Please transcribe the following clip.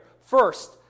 First